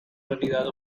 realidad